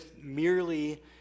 merely